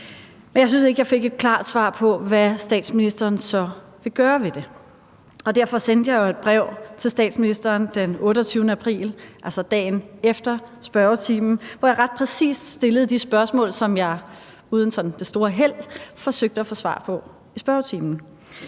Men jeg syntes ikke, jeg fik et klart svar på, hvad statsministeren så vil gøre ved det, og derfor sendte jeg jo et brev til statsministeren den 28. april, altså dagen efter spørgetimen, hvor jeg ret præcist stillede de spørgsmål, som jeg uden sådan det store held forsøgte at få et svar på i spørgetimen.